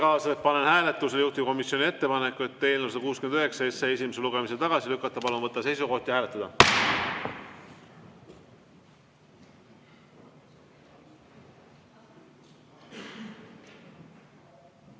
panen hääletusele juhtivkomisjoni ettepaneku eelnõu 169 esimesel lugemisel tagasi lükata. Palun võtta seisukoht ja hääletada!